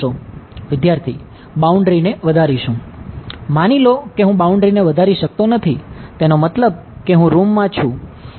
વિદ્યાર્થી બાઉન્ડ્રી ને વધારીશું